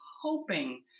hoping